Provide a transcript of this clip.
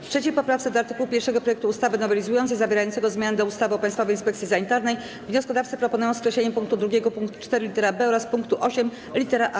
W 3. poprawce do art. 1 projektu ustawy nowelizującej zawierającego zmiany do ustawy o Państwowej Inspekcji Sanitarnej wnioskodawcy proponują skreślenie pkt 2, pkt 4 lit. b oraz pkt 8 lit. a.